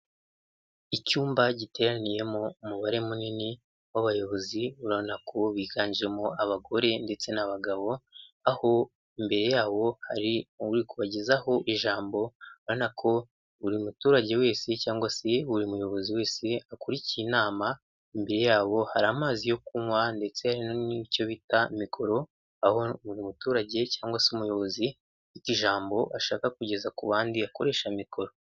Icyumba giteraniyemo umubare munini w'abayobozi ubonako biganjemo abagore ndetse n'abagabo aho mbere yabo hari kubagezaho ijambo ubonako buri muturage wese cyangwa se buri muyobozi wese akurikiye inama imbere yabo hari amazi yo kunywa ndetse n'icyo bita mikoro aho buri muturage cyangwa se umuyobozi w'ijambo ashaka kugeza ku bandi akoresha mikoro.